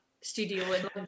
studio